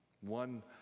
one